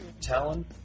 Talon